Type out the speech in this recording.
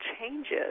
changes